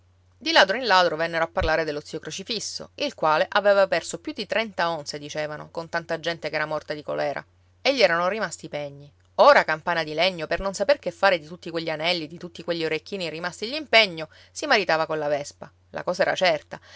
di ladro in ladro vennero a parlare dello zio crocifisso il quale aveva perso più di onze dicevano con tanta gente che era morta di colèra e gli erano rimasti i pegni ora campana di legno per non saper che fare di tutti quegli anelli e di tutti quegli orecchini rimastigli in pegno si maritava con la vespa la cosa era certa